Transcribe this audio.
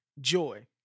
Joy